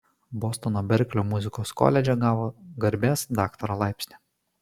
bostono berklio muzikos koledže gavo garbės daktaro laipsnį